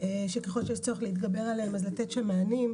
שככל שיש צורך להתגבר עליהם, לתת שם מענים,